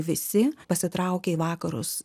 visi pasitraukė į vakarus